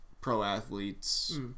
pro-athletes